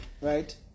right